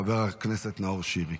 חבר הכנסת נאור שירי.